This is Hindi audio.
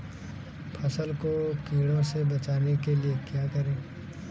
फसल को कीड़ों से बचाने के लिए क्या करें?